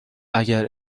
اگر